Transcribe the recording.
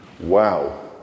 wow